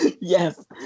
Yes